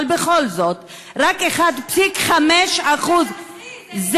אבל בכל זאת, רק 1.5% זה